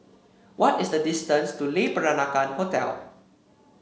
what is the distance to Le Peranakan Hotel